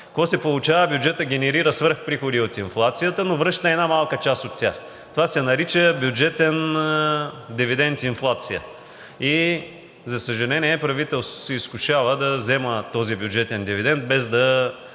Какво се получава? Бюджетът генерира свръхприходи от инфлацията, но връща една малка част от тях. Това се нарича „бюджетен дивидент инфлация“. За съжаление, правителството се изкушава да взема този бюджетен дивидент, без той